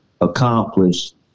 accomplished